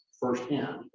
Firsthand